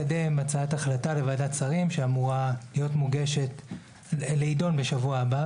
מקדם הצעת החלטה לוועדת שרים שאמורה להידון בשבוע הבא,